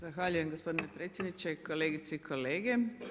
Zahvaljujem gospodine predsjedniče, kolegice i kolege.